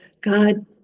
God